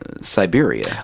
siberia